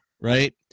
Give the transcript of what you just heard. right